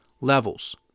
levels